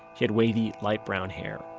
she had wavy light brown hair